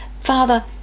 Father